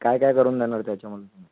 काय काय करून देणार त्याच्यामध्ये तुम्ही